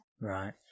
right